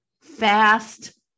fast